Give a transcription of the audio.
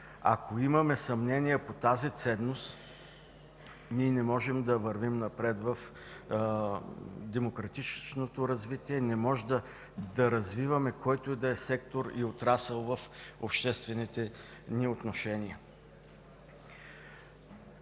Ако имаме съмнение по тази ценност, не можем да вървим напред в демократичното развитие, не можем да развиваме който и да е сектор, отрасъл в обществените ни отношения.